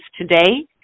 today